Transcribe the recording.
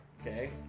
Okay